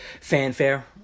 fanfare